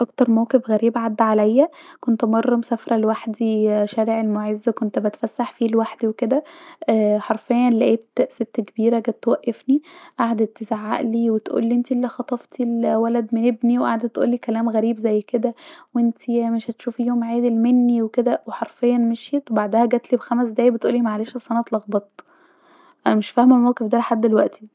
اكتر موقف غريب عدي عليا كنت مره مسافره لوحدي شارع المعز كنت بتفسح فيه لوحدي وكدا ااا حرفيا لاقيت ست كبيره جت توقفني وتقولي انتي الي وقعدت تقولي انتي الي خطفتي الولد من ابني وقعدت تقولي كلام غريب زي كدا تزعقلي وتقولي انتي الي خبطيني وقعدت تقولي كلام غريب زي كدا وانتي مش هتشوفي يوم عدل مني وحرفيا مشيت وبعدها جت بخمس دقايق تقولي معلش اصل انا اتغلبت يعني مش فاهمه الموقف ده لحد دلوقتي